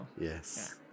Yes